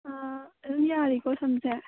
ꯑꯗꯨꯝ ꯌꯥꯔꯦꯀꯣ ꯁꯝꯁꯦ